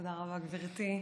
תודה רבה, גברתי.